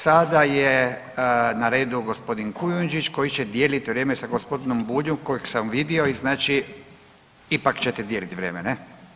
Sada je na redu gospodin Kujundžić koji će dijeliti vrijeme sa gospodinom Buljem kojeg sam vidio i znači ipak ćete dijeliti vrijeme ne?